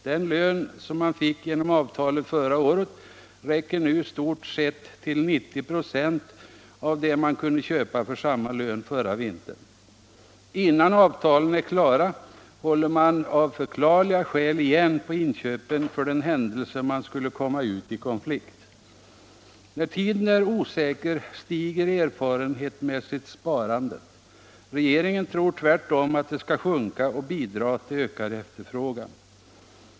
Den lön som man fick genom avtalet förra året räcker nu i stort sett till 90 6 av det man kunde köpa för samma lön förra vintern. Innan avtalen är klara håller man av förklarliga skäl igen på inköpen för den händelse man skulle komma ut i konflikt. När tiden är osäker stiger erfarenhetsmässigt sparandet. Regeringen tror tvärtom att det skall sjunka och bidra till ökad efterfrågan.